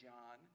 John